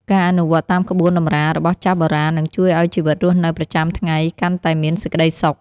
ការអនុវត្តតាមក្បួនតម្រារបស់ចាស់បុរាណនឹងជួយឱ្យជីវិតរស់នៅប្រចាំថ្ងៃកាន់តែមានសេចក្តីសុខ។